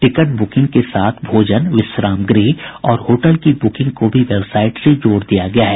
ticket booking के साथ भोजन विश्राम गृह और होटल की बुकिंग को भी वेबसाइट से जोड़ दिया गया है